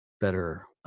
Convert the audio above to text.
better